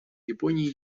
японии